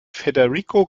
federico